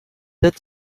did